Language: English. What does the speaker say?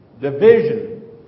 Division